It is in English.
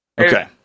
Okay